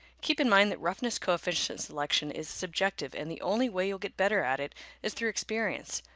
keep in mind that roughness coefficient selection is subjective and the only way you'll get better at it is through experience,